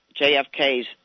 JFK's